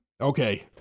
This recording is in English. Okay